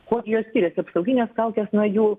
kuo gi jos skiriasi apsauginės kaukės nuo jų